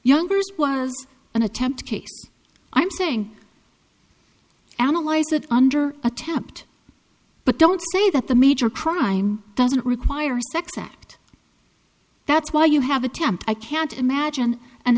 youngers was an attempt case i'm saying analyze it under attempt but don't say that the major crime doesn't require sex act that's why you have attempt i can't imagine an